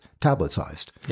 tablet-sized